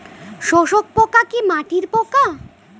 শোষক পোকা কি মাটির পোকা?